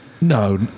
No